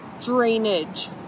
drainage